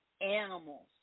animals